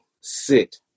sit